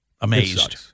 amazed